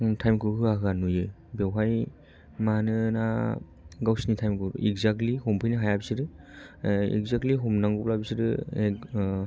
time खौ होआ होआ नुयो बेवहाय मानोना गावसिनि टाइम खौ इकजाक्टलि हमफैनो हाया बिसोर इकजाक्टलि हमनांगौब्ला बिसोरो